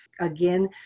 Again